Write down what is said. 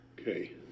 Okay